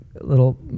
little